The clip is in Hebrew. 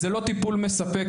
זה לא טיפול מספק,